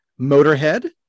Motorhead